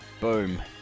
Boom